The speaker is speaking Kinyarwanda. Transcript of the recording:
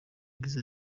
yagize